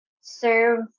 serve